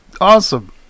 awesome